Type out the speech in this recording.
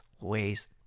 ways